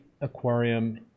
aquarium